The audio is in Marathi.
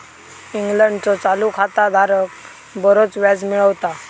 इंग्लंडचो चालू खाता धारक बरोच व्याज मिळवता